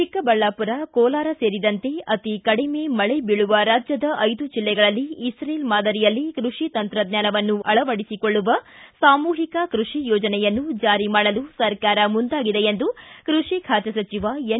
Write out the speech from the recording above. ಚಿಕ್ಕಬಳ್ಳಾಪುರ ಕೋಲಾರ ಸೇರಿದಂತೆ ಅತಿ ಕಡಿಮೆ ಮಳೆ ಬೀಳುವ ರಾಜ್ಯದ ಐದು ಜಿಲ್ಲೆಗಳಲ್ಲಿ ಇಕ್ರೇಲ್ ಮಾದರಿಯಲ್ಲಿ ಕೃಷಿ ತಂತ್ರಜ್ಞಾನವನ್ನು ಅಳವಡಿಸೊಳ್ಳುವ ಸಾಮೂಹಿಕ ಕೃಷಿ ಯೋಜನೆಯನ್ನು ಜಾರಿ ಮಾಡಲು ಸರ್ಕಾರ ಮುಂದಾಗಿದೆ ಎಂದು ಕೃಷಿ ಖಾತೆ ಸಚಿವ ಎನ್